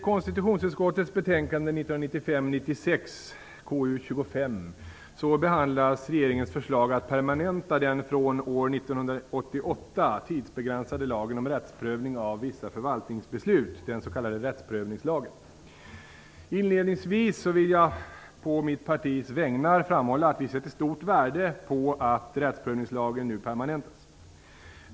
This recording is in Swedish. Fru talman! I konstitutionsutskottets betänkande Inledningsvis vill jag på mitt partis vägnar framhålla att vi sätter stort värde på att rättsprövningslagen nu permanentas.